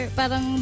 parang